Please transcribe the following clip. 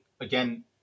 again